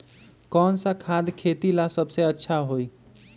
कौन सा खाद खेती ला सबसे अच्छा होई?